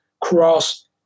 cross